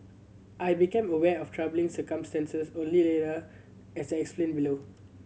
I became aware of troubling circumstances only later as I explain below